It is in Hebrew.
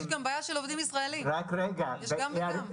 יש גם בעיה של עובדים ישראלים, יש גם וגם.